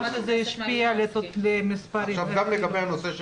שזה השפיע על המס' --- נשמע אותה,